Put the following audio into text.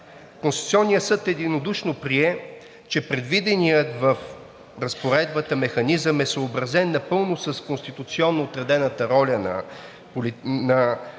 Конституционният съд единодушно прие, че „Предвиденият в разпоредбата механизъм е съобразен напълно с конституционно отредената роля на всеки